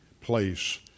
place